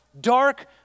dark